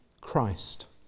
Christ